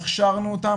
הכשרנו אותם,